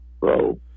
bro